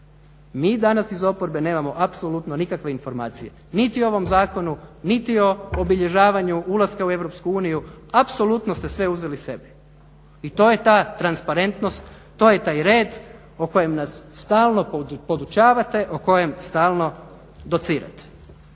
mi danas iz oporbe nemamo apsolutno nikakve informacije niti o ovom zakonu, niti o obilježavanju ulaska u EU apsolutno ste sve uzeli sebi. I to je ta transparentnost, to je taj red o kojem nas stalno podučavate o kojem stalno docirate.